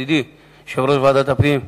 ידידי יושב-ראש ועדת הפנים,